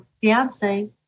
fiance